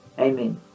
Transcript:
Amen